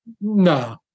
No